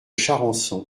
charançon